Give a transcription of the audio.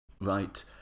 right